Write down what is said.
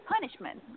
punishment